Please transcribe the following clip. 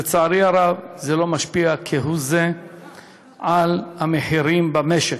לצערי הרב, לא משפיע כהוא זה על המחירים במשק.